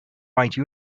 white